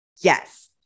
yes